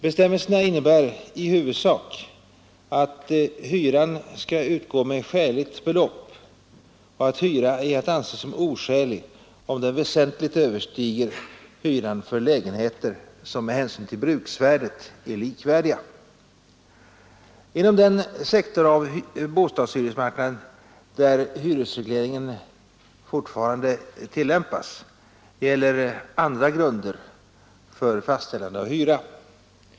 Bestämmelserna innebär i huvudsak att hyran skall utgå med skäligt belopp och att hyra är att anse som oskälig, om den väsentligt överstiger hyran för lägenheter som med hänsyn till bruksvärdet är likvärdiga. Inom den sektor av bostadshyresmarknaden där hyresregleringen alltjämt tillämpas gäller andra grunder för fastställande av hyra.